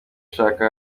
shaka